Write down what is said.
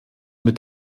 mit